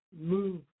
move